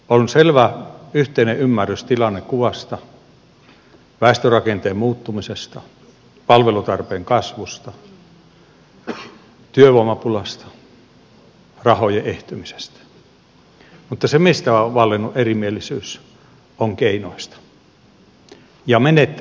on selvä yhteinen ymmärrys tilannekuvasta väestörakenteen muuttumisesta palvelutarpeen kasvusta työvoimapulasta rahojen ehtymisestä mutta se mistä on vallinnut erimielisyys ovat keinot ja menettelytavat